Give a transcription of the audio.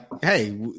Hey